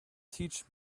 teach